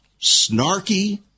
snarky